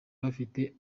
bafite